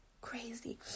crazy